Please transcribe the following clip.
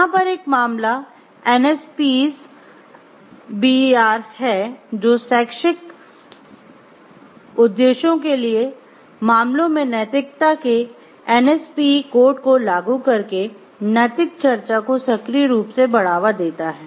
यहाँ पर एक मामला NSPEs BER है जो शैक्षिक उद्देश्यों के लिए मामलों में नैतिकता के NSPE कोड को लागू करके नैतिक चर्चा को सक्रिय रूप से बढ़ावा देता है